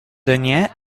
dernier